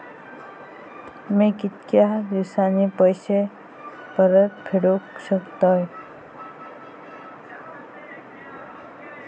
मी कीतक्या दिवसांनी पैसे परत फेडुक शकतय?